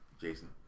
Jason